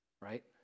right